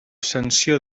sanció